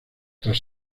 tras